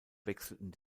wechselten